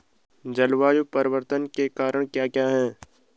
जलवायु परिवर्तन के कारण क्या क्या हैं?